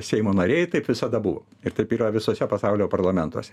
seimo nariai taip visada buvo ir taip yra visuose pasaulio parlamentuose